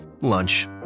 Lunch